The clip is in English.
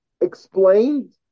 explained